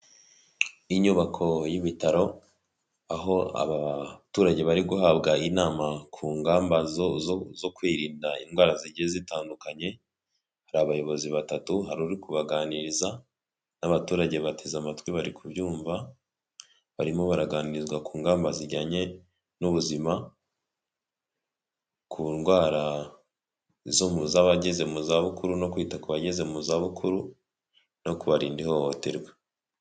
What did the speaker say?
Inyubako y'ibitaro aho abaturage bari guhabwa inama ku ngamba zo kwirinda indwara zigiye zitandukanye hari abayobozi batatu hariri kubaganiriza n'abaturage bateze amatwi bari kubyumva, barimo baraganirizwa ku ngamba zijyanye n'ubuzima, ku ndwara zo mu z'abageze mu zabukuru no kwita ku bageze mu zabukuru no kubarinda ihohoterwa.